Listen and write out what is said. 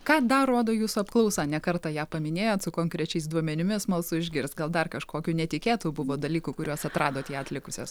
ką dar rodo jūsų apklausa ne kartą ją paminėjot su konkrečiais duomenimis smalsu išgirst gal dar kažkokių netikėtų buvo dalykų kuriuos atradot ją atlikusios